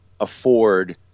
afford